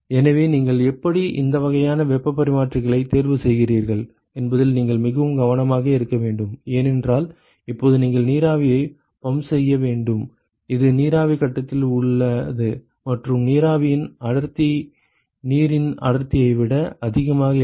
எனவே நீங்கள் எப்படி எந்த வகையான வெப்பப் பரிமாற்றிகளைத் தேர்வு செய்கிறீர்கள் என்பதில் நீங்கள் மிகவும் கவனமாக இருக்க வேண்டும் ஏனென்றால் இப்போது நீங்கள் நீராவியை பம்ப் செய்ய வேண்டும் இது நீராவி கட்டத்தில் உள்ளது மற்றும் நீராவியின் அடர்த்தி நீரின் அடர்த்தியை விட அதிகமாக இல்லை